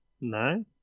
No